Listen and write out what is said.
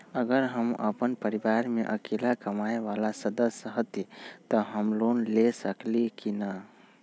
अगर हम अपन परिवार में अकेला कमाये वाला सदस्य हती त हम लोन ले सकेली की न?